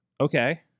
okay